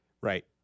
Right